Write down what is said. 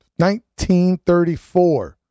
1934